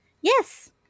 yes